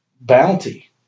bounty